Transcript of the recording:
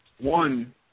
one